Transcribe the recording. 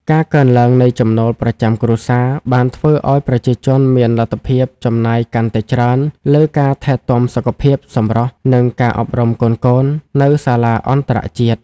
ការកើនឡើងនៃចំណូលប្រចាំគ្រួសារ បានធ្វើឱ្យប្រជាជនមានលទ្ធភាពចំណាយកាន់តែច្រើនលើការថែទាំសុខភាព សម្រស់ និងការអប់រំកូនៗនៅសាលាអន្តរជាតិ។